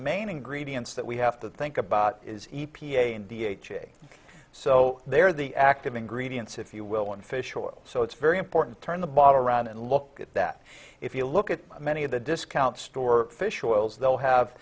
main ingredients that we have to think about is e p a and the ha so they're the active ingredients if you will in fish oil so it's very important turn the bottle around and look at that if you look at many of the discount store fish oils they'll have